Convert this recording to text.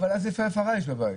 אבל אז איזו הפרה יש בבית?